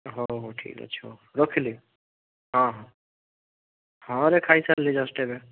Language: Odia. ହଉ ହଉ ଠିକ୍ ଅଛି ହଉ ରଖିଲି ହଁ ହଁ ହଁରେ ଖାଇସାରିଲି ଜଷ୍ଟ ଏବେ